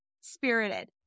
spirited